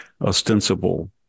ostensible